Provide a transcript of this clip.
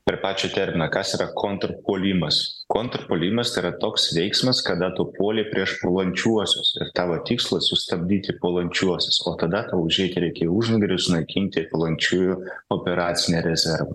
prie pačio termino kas yra kontrpuolimas kontrpuolimas tai yra toks veiksmas kada tu puoli prieš puolančiuosius ir tavo tikslas sustabdyti puolančiuosius o tada tau užeiti reikia į užnugarį ir sunaikinti puolančiųjų operacinį rezervą